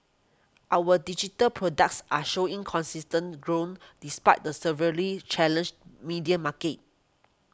our digital products are showing consistent growth despite the severely challenged media market